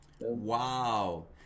Wow